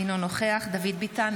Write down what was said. אינו נוכח דוד ביטן,